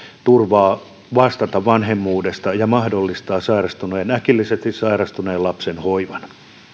turvaa vastata vanhemmuudesta ja mahdollistaa äkillisesti sairastuneen lapsen hoiva